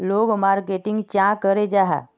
लोग मार्केटिंग चाँ करो जाहा?